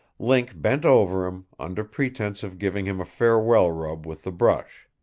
link bent over him, under pretense of giving him a farewell rub with the brush.